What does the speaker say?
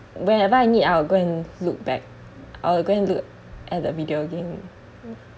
whenever I need I will go and look back I'll go and look at the video again